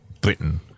Britain